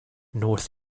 north